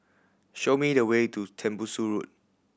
show me the way to Tembusu Park